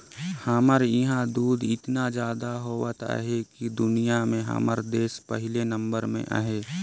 हमर इहां दूद एतना जादा होवत अहे कि दुनिया में हमर देस पहिले नंबर में अहे